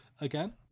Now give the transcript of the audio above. again